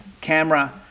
camera